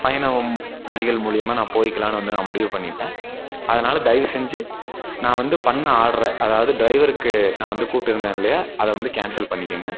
பயணம் வழிகள் மூலயமா நான் போயிக்கலாம்னு வந்து நான் முடிவு பண்ணிவிட்டேன் அதனால் தயவுசெஞ்சு நான் வந்து பண்ண ஆர்டரை அதாவது டிரைவருக்கு நான் வந்து கூப்பிட்ருந்தேன் இல்லையா அதை வந்து கேன்சல் பண்ணிக்கோங்க